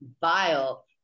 vile